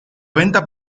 venta